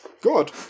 Good